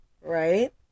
Right